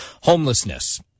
Homelessness